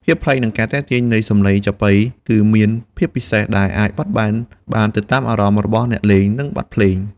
ភាពប្លែក និងការទាក់ទាញ នៃសម្លេងចាប៉ីគឺមានភាពពិសេស ដែលអាចបត់បែនបានទៅតាមអារម្មណ៍របស់អ្នកលេង និងបទភ្លេង។